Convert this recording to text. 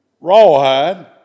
rawhide